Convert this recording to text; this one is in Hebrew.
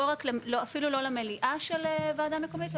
אפילו לא למליאה של הוועדה המקומית,